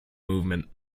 movement